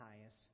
highest